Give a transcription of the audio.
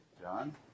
John